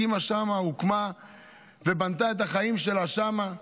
הקימה שם ובנתה את החיים שלה שם.